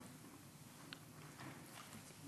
חוק הכנסת (תיקון